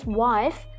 wife